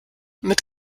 mit